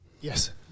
Yes